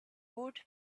would